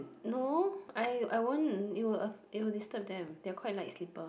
no I I won't it will it will disturb them they are quite light sleeper